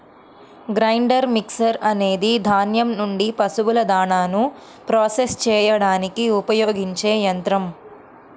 grinder mixer అనేది ధాన్యం నుండి పశువుల దాణాను ప్రాసెస్ చేయడానికి ఉపయోగించే యంత్రం